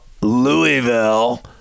Louisville